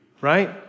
right